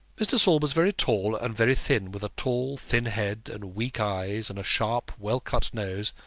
mr. saul was very tall and very thin, with a tall thin head, and weak eyes, and a sharp, well-cut nose,